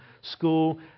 school